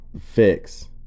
fix